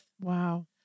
Wow